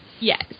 Yes